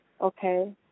okay